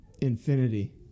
infinity